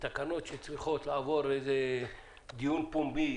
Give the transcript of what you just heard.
תקנות שצריכות לעבור איזה דיון פומבי